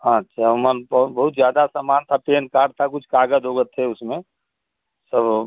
हाँ अच्छा उसमें बहुत ज्यादा सामान था पेन कार्ड था कुछ कागज ओगज थे उसमें सो